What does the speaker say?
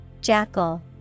Jackal